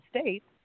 States